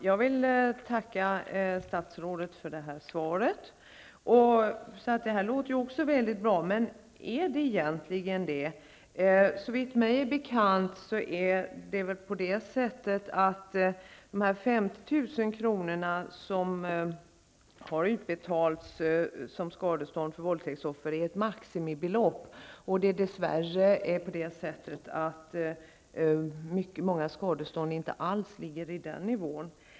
Fru talman! Jag vill tacka statsrådet för svaret. Det här låter ju också väldigt bra. Men är det egentligen det? Såvitt jag har mig bekant är dessa 50 000 kr. i skadestånd till våldtäktsoffer ett maximibelopp. Dess värre ligger många skadestånd inte alls på den nivån.